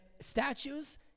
statues